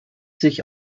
sich